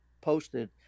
posted